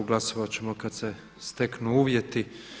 Glasovat ćemo kada se steknu uvjeti.